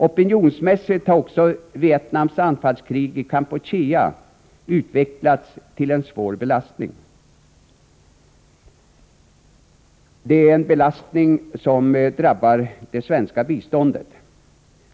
Opinionsmässigt har också Vietnams anfallskrig i Kampuchea utvecklats till en svår belastning för svenskt bistånd.